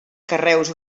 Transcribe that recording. carreus